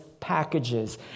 packages